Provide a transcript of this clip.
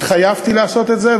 התחייבתי לעשות את זה,